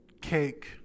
cake